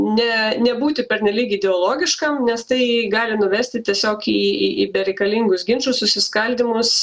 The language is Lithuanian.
ne nebūti pernelyg ideologiškam nes tai gali nuvesti tiesiog į į į bereikalingus ginčus susiskaldymus